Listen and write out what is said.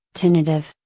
tentative,